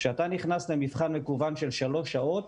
כשאתה נכנס למבחן מקוון של שלוש שעות,